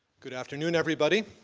good afternoon, everybody.